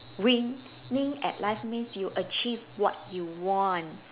winning at life means you achieve what you want